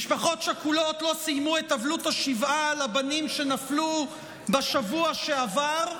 משפחות שכולות לא סיימו את אבלות השבעה על הבנים שנפלו בשבוע שעבר,